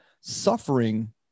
suffering